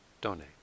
donate